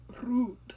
rude